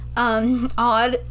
Odd